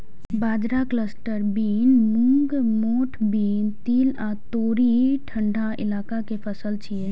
बाजरा, cluster bean, मूंग, मोठ बीन, तिल आ तोरी ठंढा इलाका के फसल छियै